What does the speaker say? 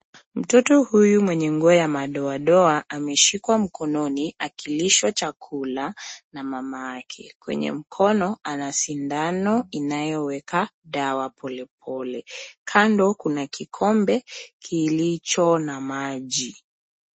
Mtoto huyu mwenye nguo ya madoadoa ameshikwa mkononi akilishwa chakula na mama yake. Kwenye mkono ana sindano inayoweka dawa polepole. Kando kuna kikombe kilicho na maji.